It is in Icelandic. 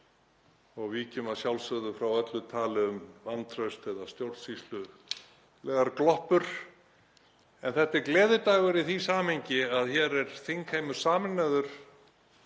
og víkjum að sjálfsögðu frá öllu tali um vantraust eða stjórnsýslulegar gloppur. En þetta er gleðidagur í því samhengi að hér er þingheimur sameinaður